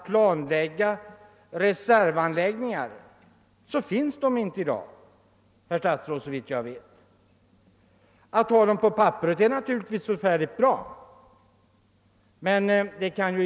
Centraliseringen av bl.a. livsmedelsindustrin har kommit att medföra detta.